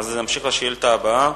נמשיך לשאילתא הבאה,